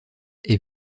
est